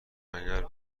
اگر